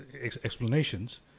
explanations